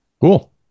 Cool